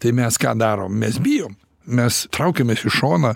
tai mes ką darom mes bijom mes traukiamės į šoną